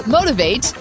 Motivate